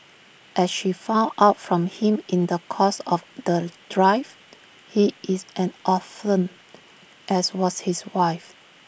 as she found out from him in the course of the drive he is an orphan as was his wife